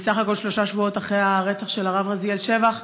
ובסך הכול שלושה שבועות אחרי הרצח של הרב רזיאל שבח,